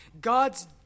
God's